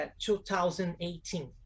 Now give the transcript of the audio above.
2018